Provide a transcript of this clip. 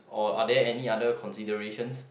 or are there any other considerations